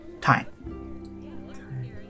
time